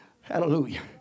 Hallelujah